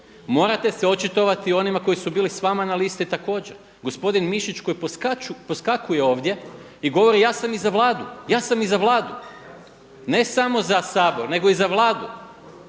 Morate se očitovati i o onima koji su bili s vama na listi također. Gospodin Mišić koji poskakuje ovdje i govori ja sam i za Vladu, ja sam i za Vladu, ne samo za Sabor nego i za vladu